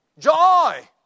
Joy